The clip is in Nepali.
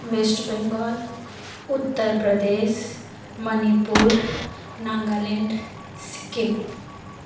वेस्ट बङ्गाल उत्तर प्रदेश मणिपुर नागाल्यान्ड सिक्किम